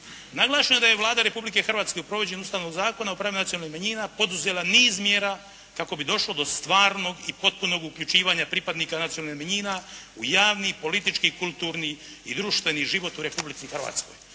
naglašeno je da je Vlada Republike Hrvatske u provođenju Ustavnog zakona o pravima nacionalnih manjina poduzela niz mjera kako bi došla do stvarnog i potpunog uključivanja pripadnika nacionalnih manjina u javni, politički, kulturni i društveni život u Republici Hrvatskoj.